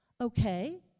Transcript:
Okay